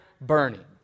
burning